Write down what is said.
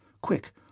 Quick